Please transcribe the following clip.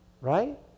right